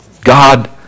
God